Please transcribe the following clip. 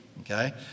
Okay